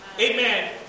Amen